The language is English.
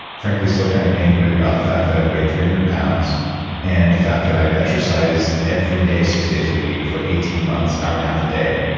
frankly, still kind of angry about the fact that i had weighed three hundred pounds and the fact that i had exercised every day, six days a week, for eighteen months, hour and a half a day,